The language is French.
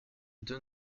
deux